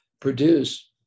produce